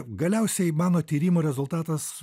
galiausiai mano tyrimo rezultatas